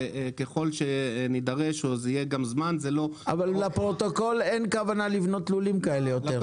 וככל שנידרש --- אבל לפרוטוקול אין כוונה לבנות לולים כאלה יותר,